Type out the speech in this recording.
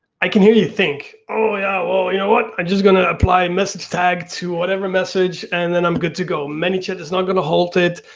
i can hear you think, you know what, i'm just gonna apply message tag to whatever message and then i'm good to go, manychat is not gonna halt it,